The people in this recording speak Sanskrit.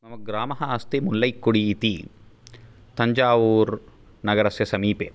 ग्रामः अस्ति मुक्लैक्कोडी इति तञ्जावूर् नगरस्य समीपे